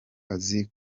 azi